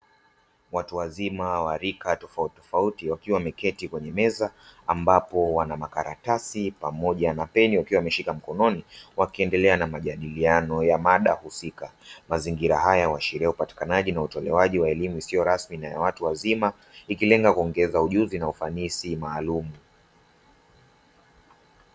Watuwazima wa rika tofauti tofauti wakiwa wameketi kwenye meza, ambapo wana makaratasi pamoja na peni wakiwa wameshika mkononi wakiendelea na majadiliano ya mada husika, mazingira haya huwashiria wa upatikanaji na utolewaji wa elimu isiyo rasmi ya watu wazima ikilenga kuongeza ujuzi na ufanisi maalumu.